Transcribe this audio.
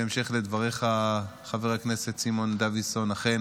בהמשך לדבריך, חבר הכנסת סימון דוידסון, אכן